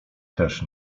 też